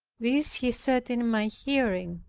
this he said in my hearing.